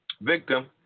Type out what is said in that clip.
victim